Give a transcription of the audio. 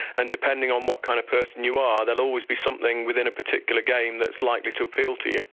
and depending on what kind of person you are, there'll always be something within a particular game that's likely to appeal to you.